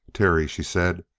terry, she said,